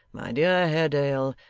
my dear haredale,